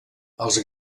els